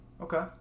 okay